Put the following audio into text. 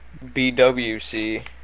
BWC